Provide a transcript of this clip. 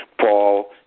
Paul